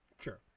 Sure